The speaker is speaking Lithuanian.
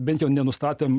bent jau nenustatėm